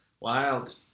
Wild